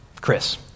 Chris